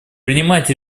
принимать